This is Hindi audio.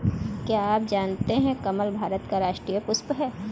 क्या आप जानते है कमल भारत का राष्ट्रीय पुष्प है?